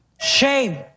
shame